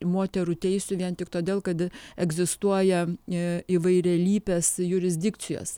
moterų teisių vien tik todėl kad egzistuoja įvairialypės jurisdikcijos